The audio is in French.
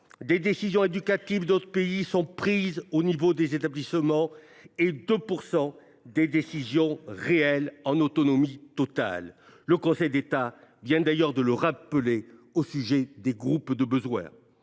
des décisions éducatives sont prises au niveau des établissements et 2 % des décisions réelles le sont en autonomie totale. Le Conseil d’État vient d’ailleurs de le rappeler au sujet des groupes de besoins.